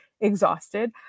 exhausted